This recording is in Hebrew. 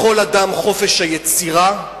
לכל אדם חופש היצירה.